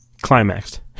climaxed